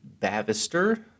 Bavister